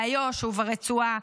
באיו"ש וברצועה,